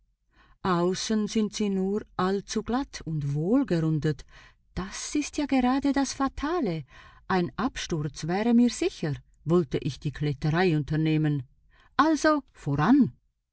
außen sind sie nur allzuglatt und wohlgerundet das ist ja gerade das fatale ein absturz wäre mir sicher wollte ich die kletterei unternehmen also voran